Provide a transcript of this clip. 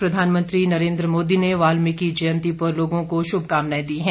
प्रधानमंत्री नरेन्द्र मोदी वाल्मीकी जयंती पर लोगों को श्भकामनाएं दी हैं